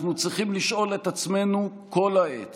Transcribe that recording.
אנחנו צריכים לשאול את עצמנו כל העת